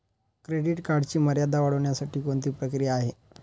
Credit कार्डची मर्यादा वाढवण्यासाठी कोणती प्रक्रिया आहे?